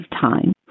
time